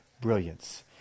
brilliance